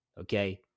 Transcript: Okay